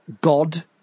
God